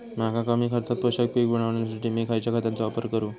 मका कमी खर्चात पोषक पीक मिळण्यासाठी मी खैयच्या खतांचो वापर करू?